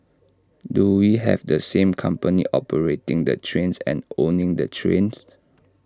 do we have the same company operating the trains and owning the trains